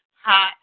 hot